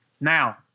Now